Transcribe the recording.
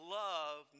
love